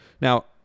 Now